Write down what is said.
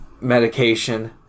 medication